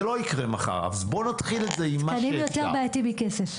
זה לא יקרה מחר אז בוא נתחיל את זה עם מה שיותר בעייתי מכסף.